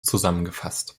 zusammengefasst